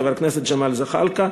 חבר הכנסת ג'מאל זחאלקה,